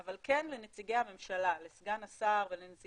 רק בכיתות ובבתי הספר, אלא גם